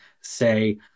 say